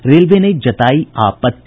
railway ने जतायी आपत्ति